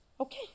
Okay